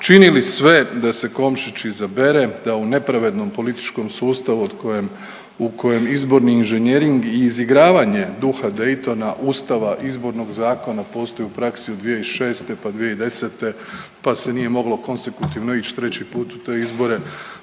činili sve da se Komšić izabere, da u nepravednom političkom sustavu od kojem, u kojem izborni inženjering i izigravanje duha Daytona, ustava, izbornog zakona postoji u praksi od 2006. pa 2010. pa se nije moglo konstitutivno ići treći put u te izbore